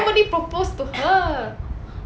nobody propose to her